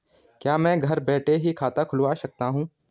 क्या मैं घर बैठे ही खाता खुलवा सकता हूँ?